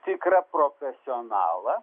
tikrą profesionalą